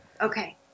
okay